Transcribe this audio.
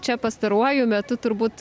čia pastaruoju metu turbūt